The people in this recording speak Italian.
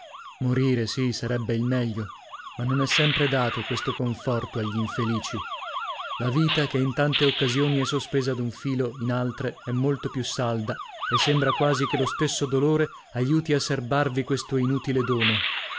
morire sì sarebbe il meglio ma non è sempre dato questo conforto agli infelici la vita che in tante occasioni è sospesa ad un filo in altre è molto più salda e sembra quasi che lo stesso dolore aiuti a serbarvi questo inutile dono